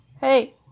Hey